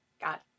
got